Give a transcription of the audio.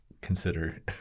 consider